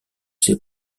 ces